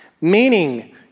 meaning